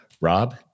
Rob